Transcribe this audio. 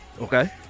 Okay